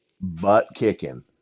butt-kicking